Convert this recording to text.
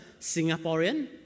Singaporean